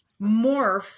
morph